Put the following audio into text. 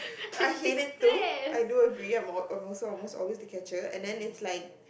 I hated it too I do agree I'm I'm almost always the catcher and then it's like